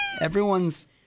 Everyone's